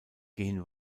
gehen